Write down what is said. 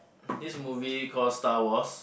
this movie called Star Wars